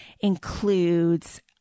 includes